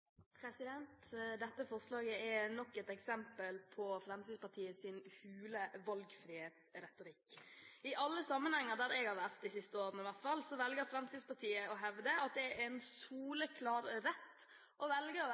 til. Dette forslaget er nok et eksempel på Fremskrittspartiets hule valgfrihetsretorikk. I alle sammenhenger der jeg har vært de siste årene i hvert fall, velger Fremskrittspartiet å hevde at det er en soleklar rett å velge